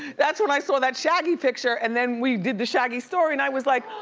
that's when i saw that shaggy picture and then we did the shaggy story and i was like,